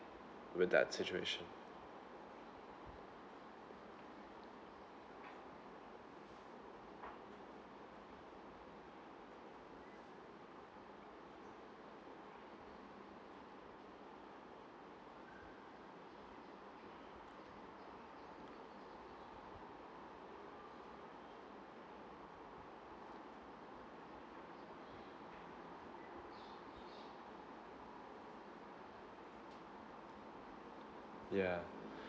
with that situation yeah